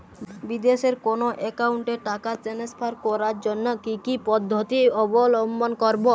বিদেশের কোনো অ্যাকাউন্টে টাকা ট্রান্সফার করার জন্য কী কী পদ্ধতি অবলম্বন করব?